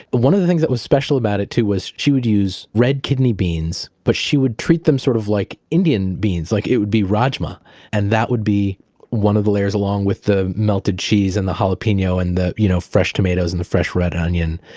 but one of the things that was special about it, too, was she would use red kidney beans. but she would treat them sort of like indian beans, like it would be rajma and that would be one of the layers along with the melted cheese and the jalapeno and the you know fresh tomatoes and the fresh red onion.